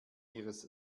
ihres